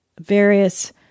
various